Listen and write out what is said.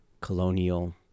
colonial